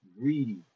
greedy